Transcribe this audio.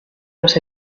los